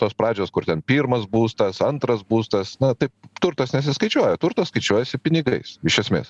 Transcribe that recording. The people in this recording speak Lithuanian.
tos pradžios kur ten pirmas būstas antras būstas na tai turtas nesiskaičiuoja turtas skaičiuojasi pinigais iš esmės